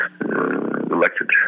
elected